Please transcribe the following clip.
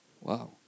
Wow